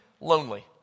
lonely